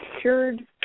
cured